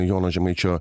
jono žemaičio